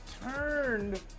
turned